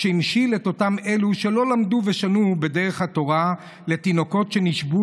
שהמשיל את אותם אלו שלא למדו ושנו בדרך התורה לתינוקות שנשבו,